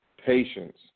patience